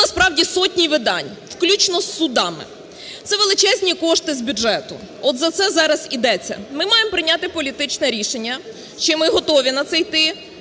насправді сотні видань включно з судами. Це величезні кошти з бюджету, от за це зараз ідеться. Ми маємо прийняти політичне рішення: чи ми готові на це йти,